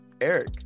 Eric